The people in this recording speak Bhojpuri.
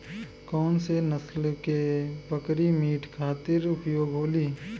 कौन से नसल क बकरी मीट खातिर उपयोग होली?